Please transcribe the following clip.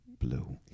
Blue